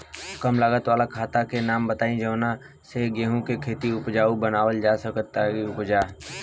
कम लागत वाला खाद के नाम बताई जवना से गेहूं के खेती उपजाऊ बनावल जा सके ती उपजा?